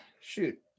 shoot